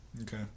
okay